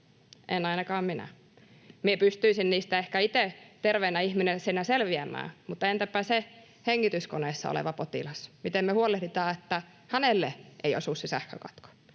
En ainakaan minä. Pystyisin niistä ehkä itse terveenä ihmisenä selviämään, mutta entäpä se hengityskoneessa oleva potilas? Miten huolehditaan, että hänelle ei osu se sähkökatko?